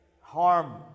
harm